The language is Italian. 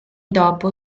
dopo